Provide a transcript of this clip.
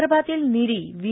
विदर्भामधील निरी व्हि